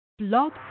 Blog